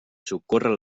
socórrer